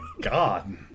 god